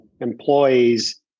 employees